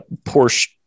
porsche